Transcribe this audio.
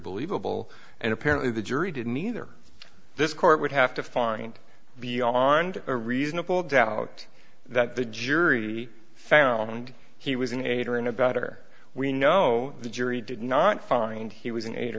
believable and apparently the jury didn't either this court would have to find beyond a reasonable doubt that the jury found he was an aider and abettor we know the jury did not find he was an